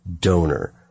donor